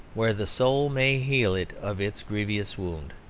where the soul may heal it of its grievous wound.